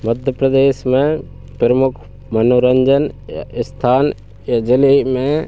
मध्य प्रदेश में प्रमुख मनोरंजन या स्थान या ज़िले में